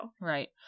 Right